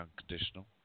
unconditional